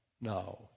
now